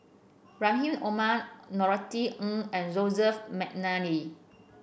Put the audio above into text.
Rahim Omar Norothy Ng and Joseph McNally